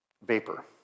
Vapor